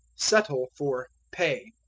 settle for pay.